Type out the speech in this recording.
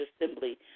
assembly